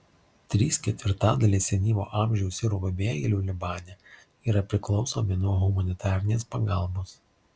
trys ketvirtadaliai senyvo amžiaus sirų pabėgėlių libane yra priklausomi nuo humanitarės pagalbos